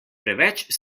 preveč